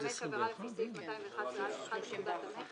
(5) עבירה לפי סעיף 211(א1) לפקודת המכס,